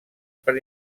per